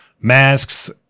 masks